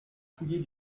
fouiller